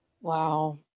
Wow